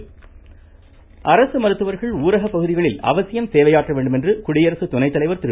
வெங்கய்ய நாயுடு அரசு மருத்துவர்கள் ஊரக பகுதிகளில் அவசியம் சேவையாற்ற வேண்டும் என குடியரசு துணைத்தலைவா் திரு